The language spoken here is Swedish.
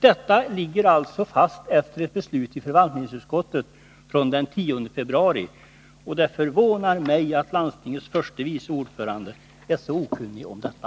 Detta ligger fast efter ett beslut i förvaltningsutskottet från den 10 februari. Det förvånar mig att landstingets förste vice ordförande är så okunnig om detta.